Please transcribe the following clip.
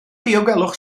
diogelwch